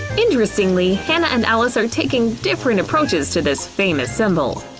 interestingly, hannah and alice are taking different approaches to this famous symbol.